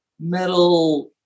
metal